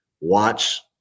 watch